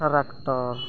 tractor